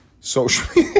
social